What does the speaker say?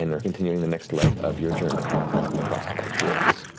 and are continuing the next leg of your journey across the barbed fields.